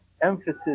emphasis